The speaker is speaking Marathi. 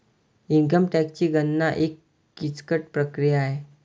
इन्कम टॅक्सची गणना ही किचकट प्रक्रिया नाही